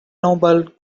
noble